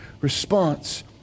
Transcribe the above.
response